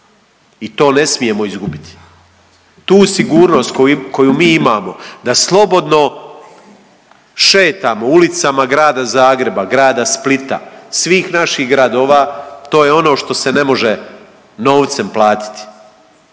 I to ne smijemo izgubiti. Tu sigurnost koju mi imamo da slobodno šetamo ulicama grada Zagreba, grada Splita, svih naših gradova to je ono što se ne može novcem platiti.